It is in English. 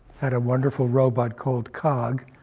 had a wonderful robot called cog,